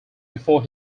before